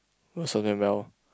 most of them well